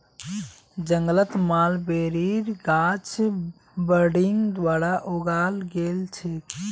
जंगलत मलबेरीर गाछ बडिंग द्वारा उगाल गेल छेक